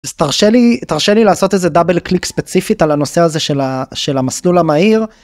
תרשה לי תרשה לי לעשות איזה דאבל קליק ספציפית על הנושא הזה של המסלול המהיר.